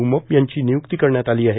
उमप यांची निय्क्ती करण्यात आली आहे